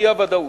באי-הוודאות,